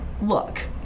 look